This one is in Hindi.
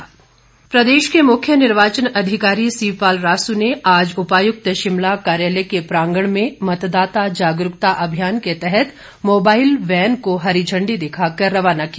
मुख्य निर्वाचन अधिकारी प्रदेश के मुख्य निर्वाचन अधिकारी सीपालरासू ने आज उपायुक्त शिमला कार्यालय के प्रांगण से मतदाता जागरूकता अभियान के तहत मोबाईल बैन को हरि झण्डी दिखाकर रवाना किया